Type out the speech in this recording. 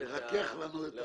לרכך לנו.